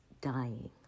dying